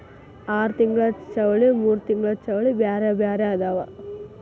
ಆರತಿಂಗ್ಳ ಚೌಳಿ ಮೂರತಿಂಗ್ಳ ಚೌಳಿ ಬ್ಯಾರೆ ಬ್ಯಾರೆ ಅದಾವ